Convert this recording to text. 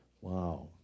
wow